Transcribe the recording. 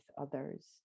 others